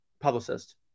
publicist